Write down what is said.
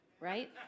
Right